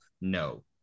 no